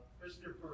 Christopher